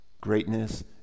greatness